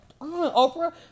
Oprah